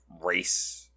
race